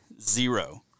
zero